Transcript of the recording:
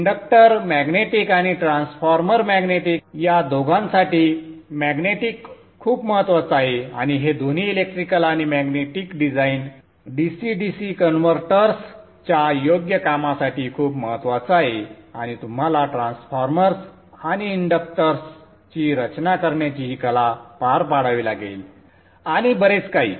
inductor magnetic आणि transformer magnetic या दोघासाठी मॅग्नेटिक खूप महत्त्वाचं आहे आणि हे दोन्ही इलेक्ट्रिकल आणि मॅग्नेटिक डिझाइन DC DC कन्व्हर्टर्सच्या योग्य कामासाठी खूप महत्त्वाचं आहे आणि तुम्हाला ट्रान्सफॉर्मर्स आणि इंडक्टर्सची रचना करण्याची ही कला पार पाडावी लागेल आणि बरेच काही